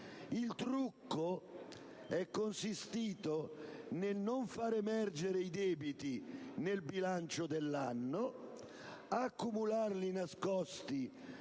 Il trucco è consistito nel non far emergere i debiti nel bilancio dell'anno, accumularli nascosti